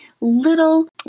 little